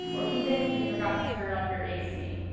or even, you forgot to turn off your ac.